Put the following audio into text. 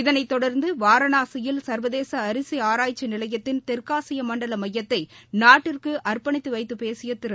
இதனைத் தொடர்ந்து வாரணாசியில் சர்வதேச அரிசி ஆராய்ச்சி நிலையத்தின் தெற்காசிய மண்டல மையத்தை நாட்டிற்கு அர்ப்பணித்துவைத்துப் பேசிய திரு